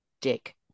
Dick